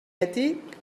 ètic